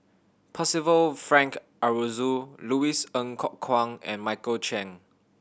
Percival Frank Aroozoo Louis Ng Kok Kwang and Michael Chiang